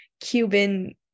Cuban